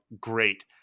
great